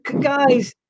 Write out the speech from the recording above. guys